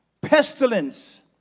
pestilence